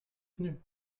venus